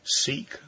Seek